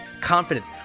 confidence